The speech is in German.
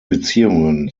beziehungen